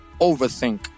overthink